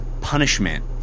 punishment